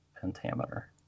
pentameter